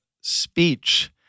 speech